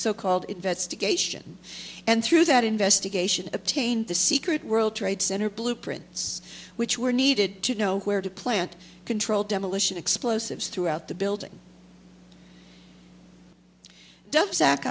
so called investigation and through that investigation obtained the secret world trade center blueprints which were needed to know where to plant controlled demolition explosives throughout the building d